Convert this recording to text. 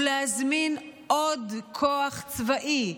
ולהזמין עוד כוח צבאי,